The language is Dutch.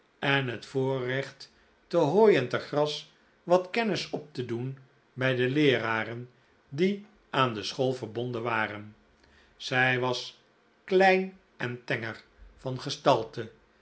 en het voorrecht te hooi en te gras wat kennis op te doen bij de leeraren die aan de school verbonden waren zij was klein en tenger van gestalte